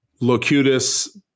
Locutus